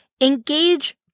engage